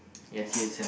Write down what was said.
yes